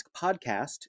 podcast